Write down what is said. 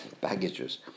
baggages